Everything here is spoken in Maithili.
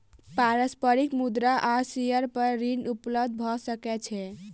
पारस्परिक मुद्रा आ शेयर पर ऋण उपलब्ध भ सकै छै